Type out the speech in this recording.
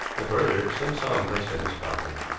and, further, sims saw him placed in his coffin,